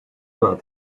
about